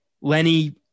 Lenny